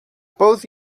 both